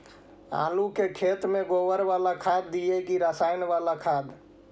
आलू के खेत में गोबर बाला खाद दियै की रसायन बाला खाद?